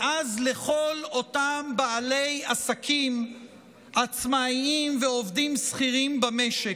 ואז לכל אותם בעלי עסקים עצמאיים ולעובדים שכירים במשק,